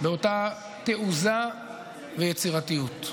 באותן תעוזה ויצירתיות.